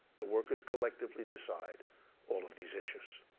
the workers collectively decide all of these issues.